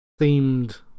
themed